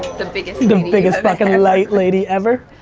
the biggest. the biggest fuckin' light lady ever.